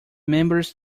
members